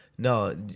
No